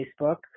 Facebook